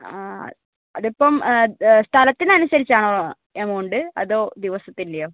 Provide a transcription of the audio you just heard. ആ അതിപ്പം സ്ഥലത്തിന് അനുസരിച്ചാണോ എമൗണ്ട് അതോ ദിവസത്തിൻ്റെയോ